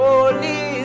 Holy